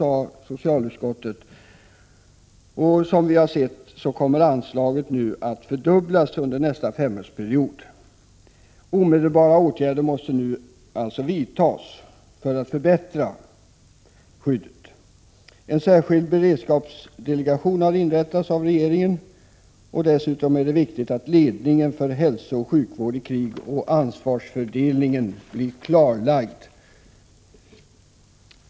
Anslaget kommer nu, som vi har sett, att fördubblas under nästa femårsperiod. Omedelbara åtgärder måste nu vidtas för att förbättra skyddet. Regeringen har inrättat en särskild beredskapsdelegation. Det är dessutom viktigt att ledningen och ansvarsfördelningen för hälsooch sjukvården i krig blir klarlagd.